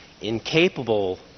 incapable